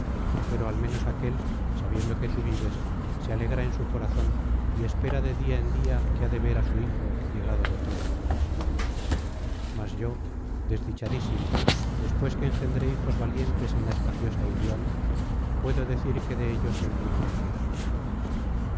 pero al menos aquél sabiendo que tú vives se alegra en su corazón y espera de día en día que ha de ver á su hijo llegado de troya mas yo desdichadísimo después que engendré hijos valientes en la espaciosa ilion puedo decir que de ellos ninguno me queda